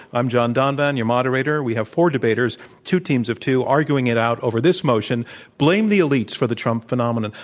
i'm john donvan, your moderator. we have four debaters two teams of two arguing it out over this motion blame the elites for the trump phenomenon.